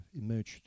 emerged